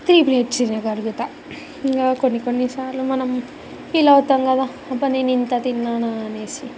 three plates తినగలుగతాను ఇలా కొన్ని కొన్ని సార్లు మనం ఫీలవుతాం కదా అబ్బ నేను ఇంత తిన్నానా అనేసి